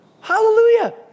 Hallelujah